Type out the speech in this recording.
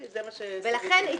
ולכן,